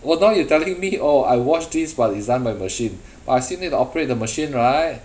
oh now you telling me oh I wash this but it's done by machine but I still need to operate the machine right